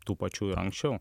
tų pačių ir anksčiau